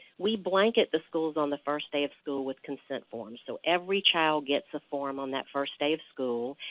we blanket the schools on the first day of school with consent forms. so every child gets a form on that first day of school.